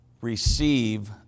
receive